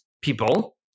people